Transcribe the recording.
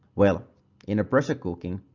well in a pressure cooking,